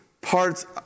parts